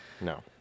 No